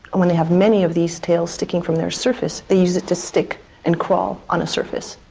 when they have many of these tails sticking from their surface they use it to stick and crawl on a surface.